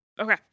Okay